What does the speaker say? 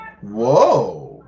Whoa